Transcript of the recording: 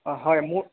অঁ হয় মোৰ